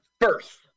First